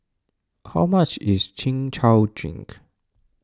how much is Chin Chow Drink